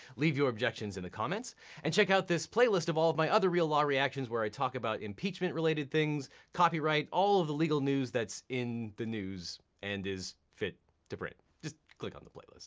leave your objections in the comments and check out this playlist of all my other real law reactions where i talk about impeachment-related things, copyright, all of the legal news that's in the news and is fit to print. just click on the playlist.